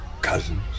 cousins